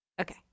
Okay